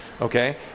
okay